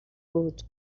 بود